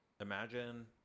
Imagine